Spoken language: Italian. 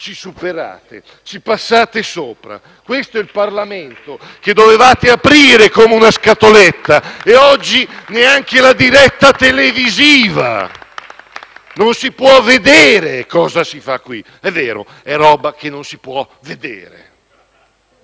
dai Gruppi* *PD e FI-BP).* Questo è il Parlamento che dovevate aprire come una scatoletta e oggi neanche la diretta televisiva! Non si può vedere cosa si fa qui; è vero: è roba che non si può vedere.